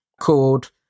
called